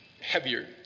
heavier